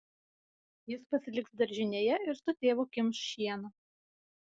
jis pasiliks daržinėje ir su tėvu kimš šieną